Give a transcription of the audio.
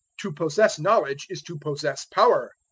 to possess knowledge is to possess power.